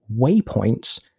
waypoints